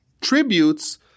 tributes